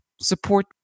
support